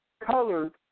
Colored